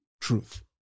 truth